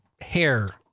hair